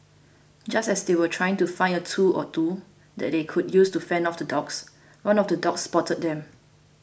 just as they were trying to find a tool or two that they could use to fend off the dogs one of the dogs spotted them